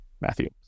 Matthew